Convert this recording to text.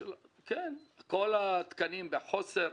כן, כל התקנים נמצאים בחסר.